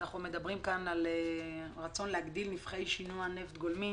אנחנו מדברים כאן על רצון להגדיל נפחי שינוע נפט גולמי